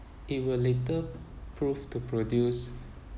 it will later prove to produce